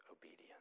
obedience